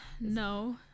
no